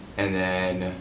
and then